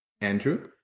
Andrew